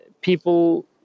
people